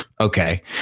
Okay